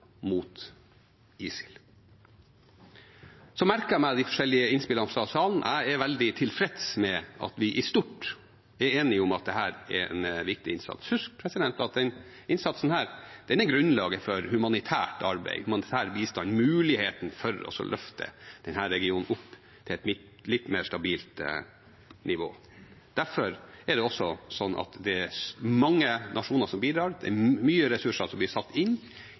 mot ISIL. Jeg merker meg de forskjellige innspillene fra salen. Jeg er veldig tilfreds med at vi stort sett er enige om at dette er en viktig innsats. Husk at denne innsatsen er grunnlaget for humanitært arbeid, humanitær bistand og muligheten for å løfte denne regionen opp til et litt mer stabilt nivå. Derfor er det mange nasjoner som bidrar, og mye ressurser som blir satt inn